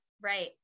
Right